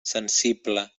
sensible